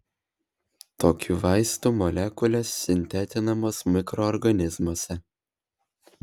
tokių vaistų molekulės sintetinamos mikroorganizmuose